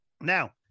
Now